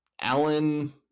alan